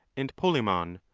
and polemon,